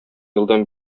елдан